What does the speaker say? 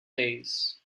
days